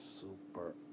super